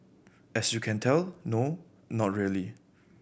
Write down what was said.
as you can tell no not really